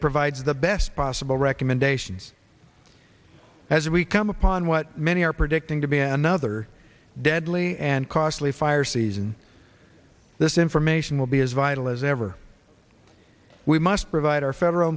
provides the best possible recommendations as we come upon what many are predicting to be another deadly and costly fire season this information will be as vital as ever we must provide our federal